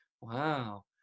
wow